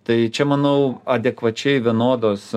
tai čia manau adekvačiai vienodos